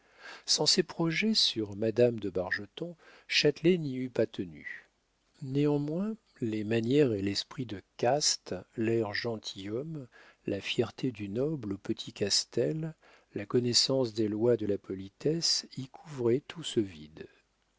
sans ses projets sur madame de bargeton châtelet n'y eût pas tenu néanmoins les manières et l'esprit de caste l'air gentilhomme la fierté du noble au petit castel la connaissance des lois de la politesse y couvraient tout ce vide